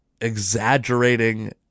exaggerating